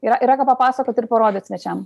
yra yra ką papasakot ir parodyt svečiam